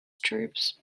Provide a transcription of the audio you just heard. troops